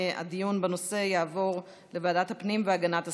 הדיון בנושא יעבור לוועדת הפנים והגנת הסביבה.